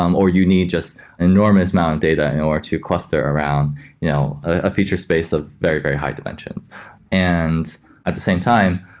um or you need just enormous amount of data in order to cluster around you know a feature space of very, very high dimensions and at the same time,